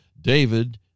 David